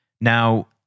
Now